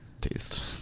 taste